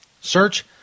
Search